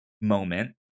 moment